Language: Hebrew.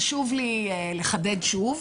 חשוב לי לחדד שוב,